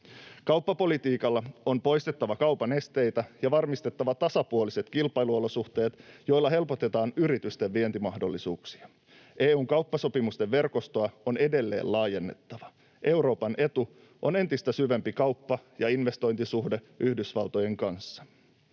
Kauppapolitiikalla on poistettava kaupan esteitä ja varmistettava tasapuoliset kilpailuolosuhteet, joilla helpotetaan yritysten vientimahdollisuuksia. EU:n kauppasopimusten verkostoa on edelleen laajennettava. Euroopan etuna on entistä syvempi kauppa- ja investointisuhde Yhdysvaltojen kanssa.